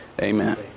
amen